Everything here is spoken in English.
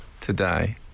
today